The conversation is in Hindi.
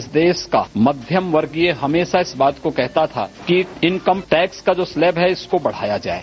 इस देश का मध्यम वर्गीय हमेशा इस बात को कहता था कि इनकमटैक्स का जो स्लैब है इसको बढ़ाया जाये